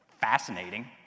Fascinating